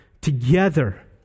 together